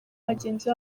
bagenzi